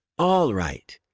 all right,